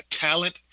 talent